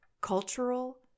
cultural